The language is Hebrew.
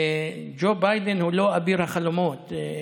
ג'ו ביידן הוא לא אביר החלומות.